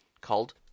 called